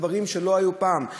דברים שלא היו פעם.